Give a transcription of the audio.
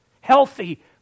Healthy